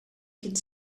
could